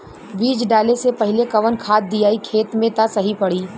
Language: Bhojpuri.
बीज डाले से पहिले कवन खाद्य दियायी खेत में त सही पड़ी?